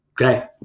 Okay